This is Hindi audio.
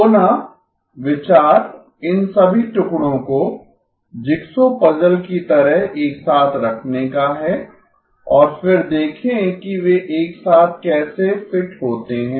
पुनः विचार इन सभी टुकड़ों को जिग्सो पजल की तरह एक साथ रखने का है और फिर देखें कि वे एक साथ कैसे फिट होते हैं